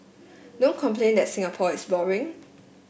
don't complain that Singapore is boring